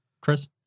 Chris